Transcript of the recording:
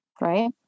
right